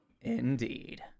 Indeed